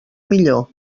millor